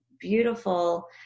beautiful